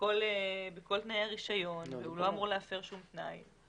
בכל תנאי הרישיון והוא לא אמור להפר שום תנאי.